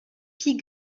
pie